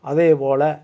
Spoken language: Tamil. அதேபோல்